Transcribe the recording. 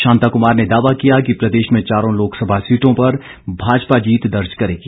शांता कुमार ने दावा किया कि प्रदेश में चारों लोकसभा सीटों पर भाजपा जीत दर्ज करेगी